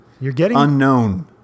unknown